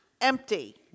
empty